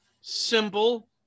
simple